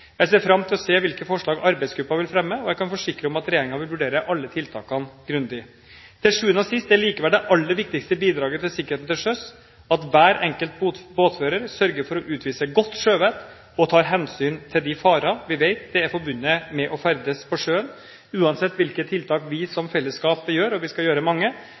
Jeg ser fram til å se hvilke forslag arbeidsgruppen vil fremme, og jeg kan forsikre om at regjeringen vil vurdere alle tiltakene grundig. Til sjuende og sist: Det aller viktigste bidraget til sikkerheten til sjøs er likevel at hver enkelt båtfører sørger for å utvise godt sjøvett og tar hensyn til de farer vi vet det er forbundet med å ferdes på sjøen. Uansett hvilke tiltak vi som fellesskap setter i verk – og vi skal sette i verk mange